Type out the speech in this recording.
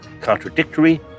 contradictory